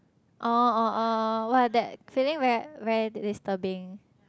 oh oh oh !wah! that feeling very very disturbing